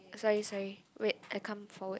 sorry sorry wait I come forward